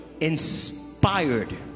inspired